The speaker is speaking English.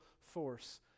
force